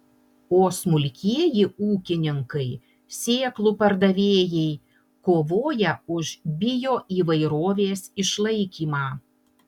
o smulkieji ūkininkai sėklų pardavėjai kovoja už bioįvairovės išlaikymą